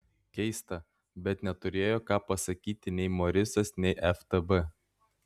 keista bet neturėjo ką pasakyti nei morisas nei ftb